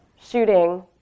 shooting